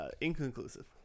Inconclusive